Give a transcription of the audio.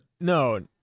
No